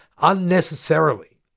unnecessarily